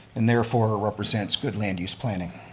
and therefore, represents good land use planning.